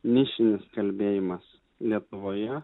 nišinis kalbėjimas lietuvoje